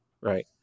Right